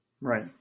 Right